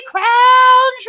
Crown